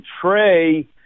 Trey